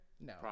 No